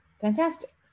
fantastic